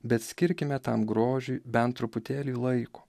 bet skirkime tam grožiui bent truputėlį laiko